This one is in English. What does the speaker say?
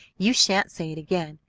you shan't say it again!